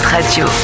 Radio